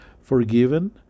forgiven